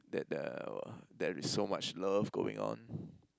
that uh there is so much love going on